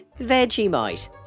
Vegemite